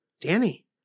Danny